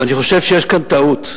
ואני חושב שיש כאן טעות.